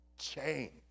change